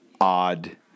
odd